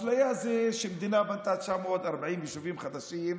אפליה זה כשמדינה בנתה 940 יישובים חדשים,